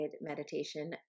meditation